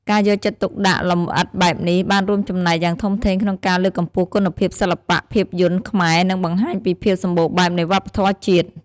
ការយកចិត្តទុកដាក់លម្អិតបែបនេះបានរួមចំណែកយ៉ាងធំធេងក្នុងការលើកកម្ពស់គុណភាពសិល្បៈភាពយន្តខ្មែរ និងបង្ហាញពីភាពសម្បូរបែបនៃវប្បធម៌ជាតិ។